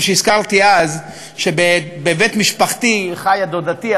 שנזכרתי אז שבבית משפחתי חיה דודתי,